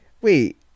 Wait